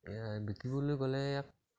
ইয়াৰ বিকিবলৈ গ'লে ইয়াক